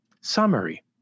Summary